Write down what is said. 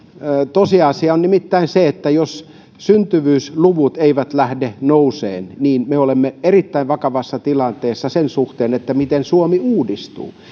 tosiasia on nimittäin se että jos syntyvyysluvut eivät lähde nousemaan me olemme erittäin vakavassa tilanteessa sen suhteen miten suomi uudistuu